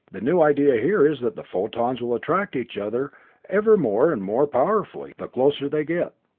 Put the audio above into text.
the new idea here is that the photons will attract each other ever more and more powerfully, the closer they get.